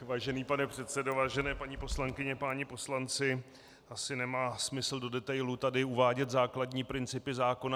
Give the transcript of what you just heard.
Vážený pane předsedo, vážené paní poslankyně, páni poslanci, asi nemá smysl do detailů tady uvádět základní principy zákona.